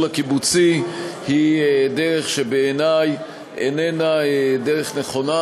הקיבוצי היא דרך שבעיני איננה דרך נכונה,